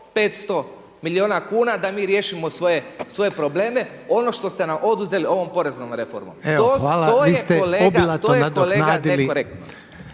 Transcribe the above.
500 milijuna kuna da mi riješimo svoje probleme ono što ste nam oduzeli ovom poreznom reformom. To je kolega …